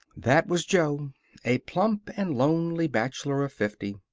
that was jo a plump and lonely bachelor of fifty.